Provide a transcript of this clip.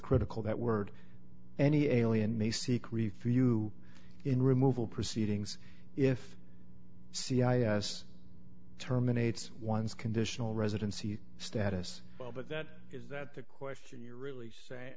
critical that word any alien may seek review in removal proceedings if c i s terminates one's conditional residency status but that is that the question you really say